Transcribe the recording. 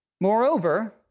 Moreover